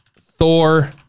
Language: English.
Thor